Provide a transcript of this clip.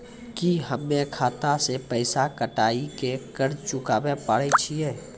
की हम्मय खाता से पैसा कटाई के कर्ज चुकाबै पारे छियै?